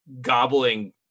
gobbling